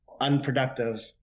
unproductive